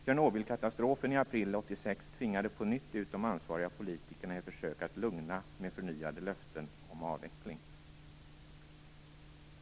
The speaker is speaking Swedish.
Tjernobylkatastrofen i april 1986 tvingade på nytt ut de ansvariga politikerna i försök att lugna med förnyade löften om avveckling.